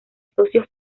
socios